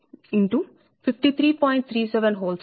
372 0